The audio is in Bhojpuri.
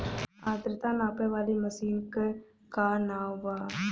आद्रता नापे वाली मशीन क का नाव बा?